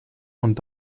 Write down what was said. und